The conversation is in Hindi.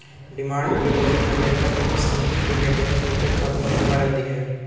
डिमांड डिपॉजिट अमेरिकन में उस निधि को कहते हैं जो चेक खाता में जमा रहती है